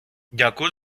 дякую